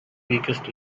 weakest